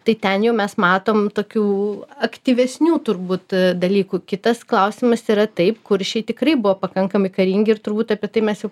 tai ten jau mes matom tokių aktyvesnių turbūt dalykų kitas klausimas yra taip kuršiai tikrai buvo pakankamai karingi ir turbūt apie tai mes jau